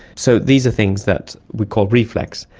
so these are things that we call reflex.